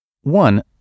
One